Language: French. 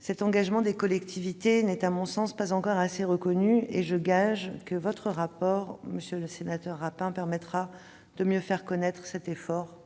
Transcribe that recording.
Cet engagement des collectivités n'est à mon sens pas encore assez reconnu. Je gage que votre rapport, monsieur le sénateur Rapin, permettra de mieux faire connaître cet effort